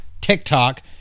TikTok